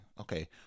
okay